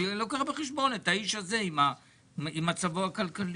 אני לוקח בחשבון את האיש הזה עם מצבו הכלכלי.